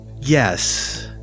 yes